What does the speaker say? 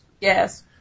Yes